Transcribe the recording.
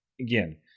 again